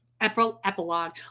epilogue